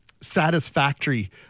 satisfactory